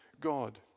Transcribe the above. God